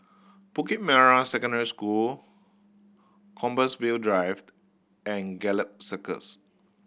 Bukit Merah Secondary School Compassvale Drived and Gallop Circus